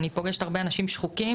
אני פוגשת הרבה אנשים שחוקים,